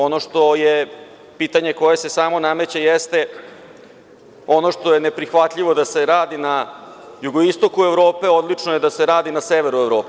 Ono što je pitanje koje se samo nameće jeste - ono što je neprihvatljivo da se radi na jugoistoku Evrope, odlično je da se radi na severu Evrope?